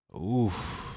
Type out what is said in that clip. Oof